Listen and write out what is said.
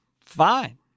Fine